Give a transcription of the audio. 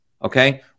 Okay